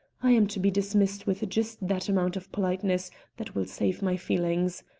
i'm to be dismissed with just that amount of politeness that will save my feelings.